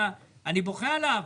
אני בוכה על העבר,